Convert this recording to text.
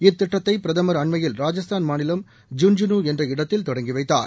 இத்திட்டத்தை பிரதமா் அண்மையில் ராஜஸ்தான் மாநிலம் ஜுன்ஜுனு என்ற இடத்தில் தொடங்கி வைத்தார்